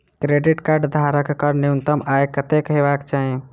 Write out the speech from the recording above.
Credit card धारक कऽ न्यूनतम आय कत्तेक हेबाक चाहि?